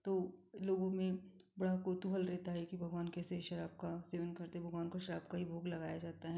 तो लोगों में बड़ा कौतुहल रहता है कि भगवान कैसे शराब का सेवन करते भगवान को शराब का ही भोग लगाया जाता है